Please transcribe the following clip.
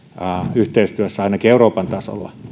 yhteistyössä ainakin euroopan tasolla